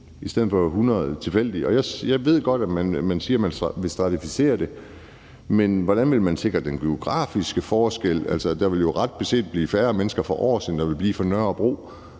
at det er 100 tilfældige mennesker. Jeg ved godt, at man siger, at man vil stratificere det, men hvordan vil man sikre den geografiske forskel? Der vil jo ret beset blive færre mennesker fra Aars, end der vil blive fra Nørrebro